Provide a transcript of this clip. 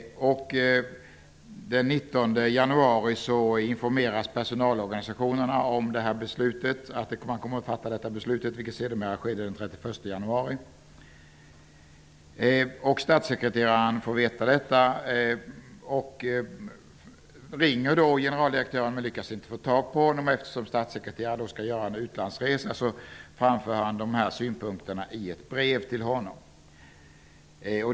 Den 19 januari informeras personalorganisationerna om att beslutet skall fattas, vilket sedermera sker den 31 januari. Statssekreteraren får veta detta. Han ringer generaldirektören, men lyckas inte få tag i honom. Eftersom statssekreteraren skall göra en utlandsresa framför han synpunkterna i ett brev till generaldirektören.